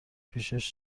پیشش